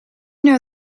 know